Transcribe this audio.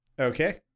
Okay